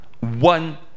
One